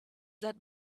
that